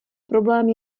problém